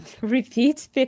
repeat